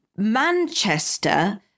Manchester